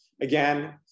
Again